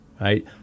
right